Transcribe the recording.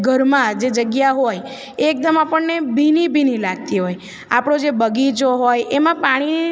ઘરમાં જે જગ્યા હોય એ એકદમ આપણને ભીની ભીની લાગતી હોય આપણો જે બગીચો હોય એમાં પાણી